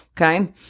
Okay